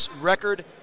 record